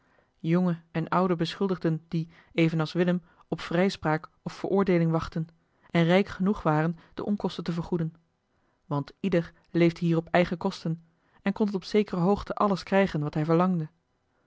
jonge en oude beschuldigden die evenals willem op vrijspraak of veroordeeling wachtten en rijk genoeg waren de onkosten te vergoeden want ieder leefde hier op eigen kosten en kon tot op zekere hoogte alles krijgen wat hij verlangde